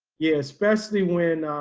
yeah, especially when,